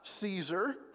Caesar